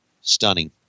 stunning